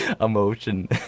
emotion